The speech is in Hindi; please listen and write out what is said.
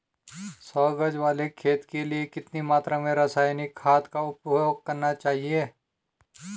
सौ गज वाले खेत के लिए कितनी मात्रा में रासायनिक खाद उपयोग करना चाहिए?